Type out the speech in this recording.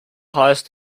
highest